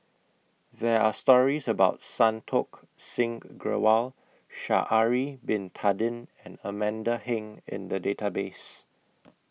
There Are stories about Santokh Singh Grewal Sha'Ari Bin Tadin and Amanda Heng in The Database